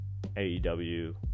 AEW